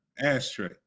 Ashtray